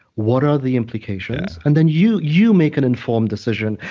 what are the implications? and then, you you make an informed decision.